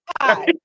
hi